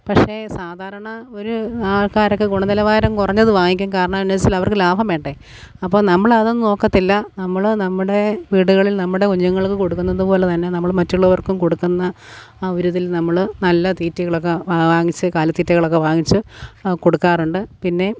പക്ഷേ സാധാരണ ഒരു ആൾക്കാരൊക്കെ ഗുണനിലവാരം കുറഞ്ഞത് വാങ്ങിക്കും കാരണം എന്നാവച്ചാൽ അവർക്ക് ലാഭം വേണ്ടേ അപ്പോള് നമ്മളതൊന്നും നോക്കത്തില്ല നമ്മള് നമ്മുടെ വീടുകളിൽ നമ്മുടെ കുഞ്ഞുങ്ങൾക്ക് കൊടുക്കുന്നതുപോലെ തന്നെ നമ്മള് മറ്റുള്ളവർക്കും കൊടുക്കുന്ന ആ ഒരിതിൽ നമ്മള് നല്ല തീറ്റകളൊക്കെ വാങ്ങിച്ചു കാലിത്തീറ്റുകളൊക്കെ വാങ്ങിച്ച് കൊടുക്കാറുണ്ട് പിന്നെ